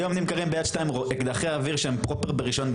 היום נמכרים ב"יד 2" אקדחי אוויר שהם פרופר ברישיון.